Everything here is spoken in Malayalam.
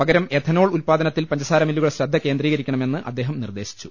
പകരം എഥനോൾ ഉൽപാദനത്തിൽ പഞ്ചസാര മില്ലുകൾ ശ്രദ്ധ കേന്ദ്രീ കരിക്കണമെന്ന് അദ്ദേഹം നിർദേശിച്ചു